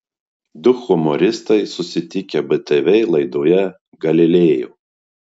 du humoristai susitikę btv laidoje galileo